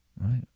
right